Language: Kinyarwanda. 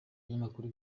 ibinyamakuru